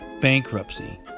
bankruptcy